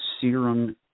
serum